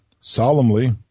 solemnly